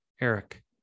Eric